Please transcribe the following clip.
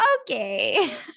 Okay